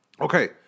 Okay